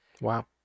Wow